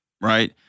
right